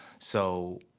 so,